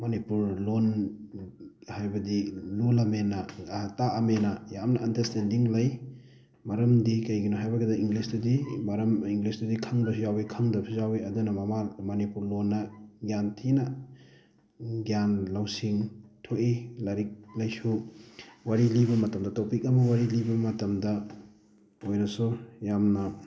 ꯃꯅꯤꯄꯨꯔ ꯂꯣꯟ ꯍꯥꯏꯕꯗꯤ ꯂꯣꯟꯂꯝꯅꯤꯅ ꯇꯥꯛꯑꯝꯅꯤꯅ ꯌꯥꯝꯅ ꯑꯟꯗ꯭ꯔꯁꯇꯦꯟꯗꯤꯡ ꯂꯩ ꯃꯔꯝꯗꯤ ꯀꯩꯒꯤꯅꯣ ꯍꯥꯏꯕꯗ ꯏꯪꯂꯤꯁꯇꯨꯗꯤ ꯃꯔꯝ ꯏꯪꯂꯤꯁꯇꯨꯗꯤ ꯈꯪꯕꯗ ꯈꯪꯕꯁꯨ ꯌꯥꯎꯋꯤ ꯈꯪꯗꯕꯁꯨ ꯌꯥꯎꯋꯤ ꯑꯗꯨꯅ ꯃꯃꯥ ꯃꯅꯤꯄꯨꯔ ꯂꯣꯟꯅ ꯌꯥꯝ ꯊꯤꯅ ꯒ꯭ꯌꯥꯟ ꯂꯧꯁꯤꯡ ꯊꯣꯛꯏ ꯂꯥꯏꯔꯤꯛ ꯂꯩꯁꯨ ꯋꯥꯔꯤ ꯂꯤꯕ ꯃꯇꯝꯗ ꯇꯣꯄꯤꯛ ꯑꯃ ꯋꯥꯔꯤ ꯂꯤꯕ ꯃꯇꯝꯗ ꯑꯣꯏꯔꯁꯨ ꯌꯥꯝꯅ